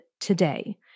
today